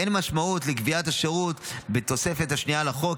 אין משמעות לקביעת השירות בתוספת השנייה לחוק,